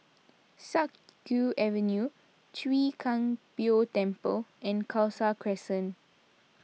Siak Kew Avenue Chwee Kang Beo Temple and Khalsa Crescent